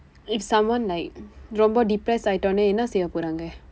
if someone like ரொம்ப:rompa depressed ஆனவுடன் என்ன செய்ய போறாங்க:aanavudan enna seyya pooraangka